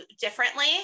differently